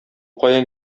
каян